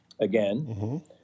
again